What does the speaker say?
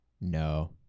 No